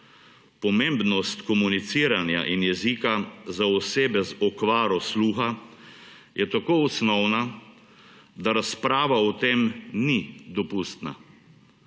Pomembnost komuniciranja in jezika za osebe z okvaro sluha je tako osnovna, da razprava o tem ni dopustna.